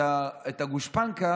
את הגושפנקה